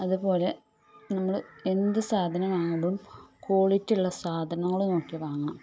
അതുപോലെ നമ്മൾ എന്ത് സാധനം വാങ്ങുമ്പോഴും ക്വാളിറ്റിയുള്ള സാധനങ്ങൾ നോക്കി വാങ്ങണം